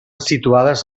situades